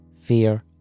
fear